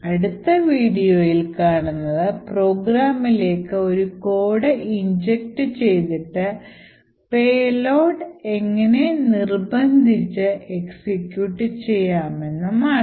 അടുത്ത വീഡിയോയിൽ കാണുന്നത് പ്രോഗ്രാമിലേക്ക് ഒരു കോഡ് ഇഞ്ചക്ട് ചെയ്തിട്ട് payload എങ്ങനെ നിർബന്ധിച്ച് എക്സിക്യൂട്ട് ചെയ്യാമെന്നും ആണ്